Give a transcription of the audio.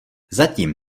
zatím